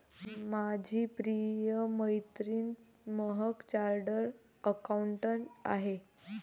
माझी प्रिय मैत्रीण महक चार्टर्ड अकाउंटंट आहे